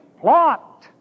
plot